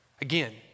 Again